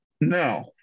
Now